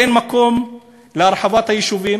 אין מקום להרחבת היישובים,